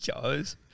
goes